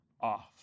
off